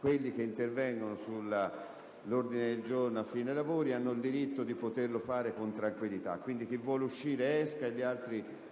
quelli che intervengono sull'ordine del giorno a fine seduta hanno il diritto di poterlo fare con tranquillità. Quindi, chi vuole esca, e chi resta